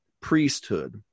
priesthood